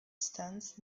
stands